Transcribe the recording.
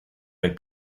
del